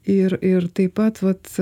ir ir taip pat vat